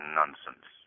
nonsense